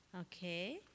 Okay